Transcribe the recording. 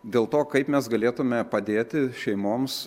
dėl to kaip mes galėtume padėti šeimoms